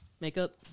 makeup